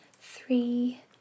three